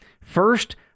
First